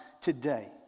today